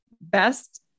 best